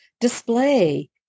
display